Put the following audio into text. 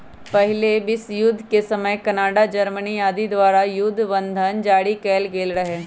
पहिल विश्वजुद्ध के समय कनाडा, जर्मनी आदि द्वारा जुद्ध बन्धन जारि कएल गेल रहै